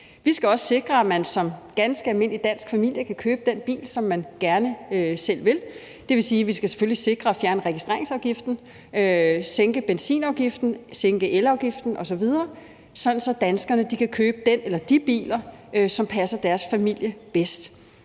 Vi skal også sikre, at man som en ganske almindelig dansk familie kan købe den bil, som man gerne vil. Det vil sige, at vi selvfølgelig skal sikre, at vi fjerner registreringsafgiften, sænker benzinafgiften, sænker elafgiften osv., sådan at danskerne kan købe den eller de biler, som passer bedst til deres